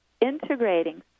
integrating